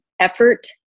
effort